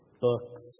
books